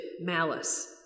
malice